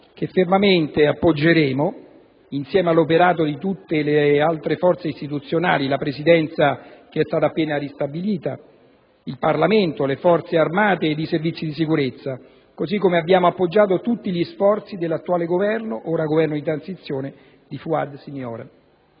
che fermamente appoggeremo, insieme all'operato di tutte le altre forze istituzionali: la Presidenza che è stata appena ristabilita, il Parlamento, le Forze armate ed i Servizi di sicurezza. Così come abbiamo appoggiato tutti gli sforzi dell'attuale Governo, ora Governo di transizione, di Fouad Siniora.